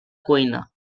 cuina